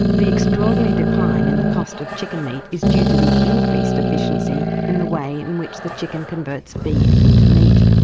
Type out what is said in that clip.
the extraordinary decline in the cost of chicken meat is due to the increased efficiency in the way in which the chicken converts feed into meat.